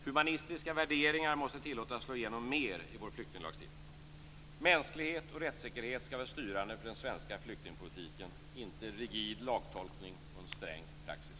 Humanistiska värderingar måste tillåtas slå igenom mer i vår flyktinglagstiftning. Mänsklighet och rättssäkerhet skall vara styrande för den svenska flyktingpolitiken - inte rigid lagtolkning och en sträng praxis.